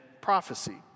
prophecy